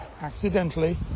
accidentally